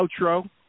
outro